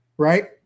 right